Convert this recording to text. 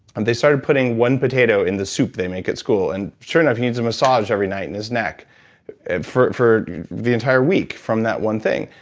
and they started putting one potato in the soup they make at school, and sure enough, he needs a massage every night in his neck for for the entire week from that one thing.